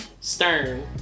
stern